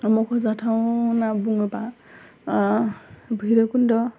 मख'जाथाव होनना बुङोब्ला बैरब खुन्ध'